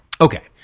Okay